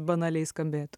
banaliai skambėtų